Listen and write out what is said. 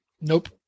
Nope